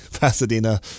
Pasadena